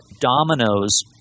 dominoes